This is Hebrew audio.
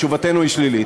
תשובתנו היא שלילית.